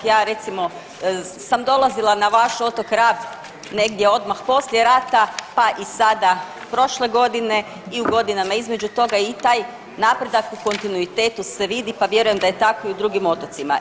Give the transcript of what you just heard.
Ja recimo sam dolazila na vaš otok Rab negdje odmah poslije rata, pa i sada prošle godine i u godinama između toga i taj napredak u kontinuitetu se vidi pa vjerujem da je tako i u drugim otocima.